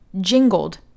jingled